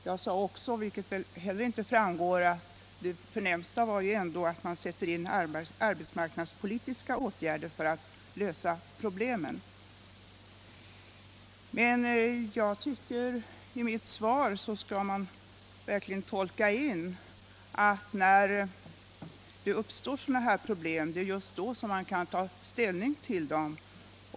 Jag sade också —- vilket inte heller framgår — att det viktigaste ändå var att sätta in arbetsmarknadspolitiska åtgärder för att lösa problemen. Mitt svar skall tolkas så, att det är just när det uppstår sådana här problem som man kan ta ställning till dem.